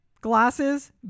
Glasses